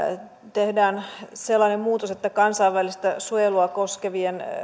tehdään sellainen muutos että kansainvälistä suojelua koskevien